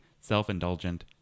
self-indulgent